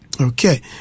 Okay